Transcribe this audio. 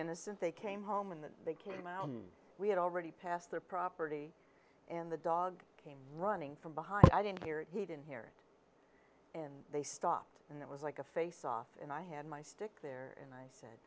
innocent they came home and then they came out we had already passed their property and the dog came running from behind i didn't hear he didn't hear it and they stopped and it was like a face off and i had my stick there